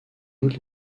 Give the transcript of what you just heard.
doute